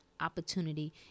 opportunity